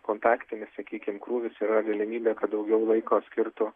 kontaktinių sakykim krūvis yra galimybė kad daugiau laiko skirtų